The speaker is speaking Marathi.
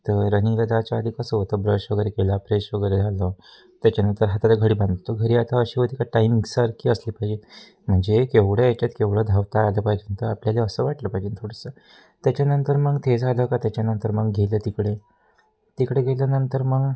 त रनिंगला जायच्या आधी कसं होतं ब्रश वगैरे केला फ्रेश वगैरे झालो त्याच्यानंतर हाताला घडी बांधत होतो घडी आता अशी होती का टाईमिंग सारखी असली पाहिजे म्हणजे केवढं याच्यात केवढं धावता आलं पाहिजे तर आपल्याला असं वाटलं पाहिजे थोडंसं त्याच्यानंतर मग तेथे झालं का त्याच्यानंतर मग गेलं तिकडे तिकडे गेल्यानंतर मग